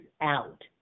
out